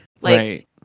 Right